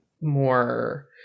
more